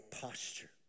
posture